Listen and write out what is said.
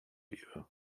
you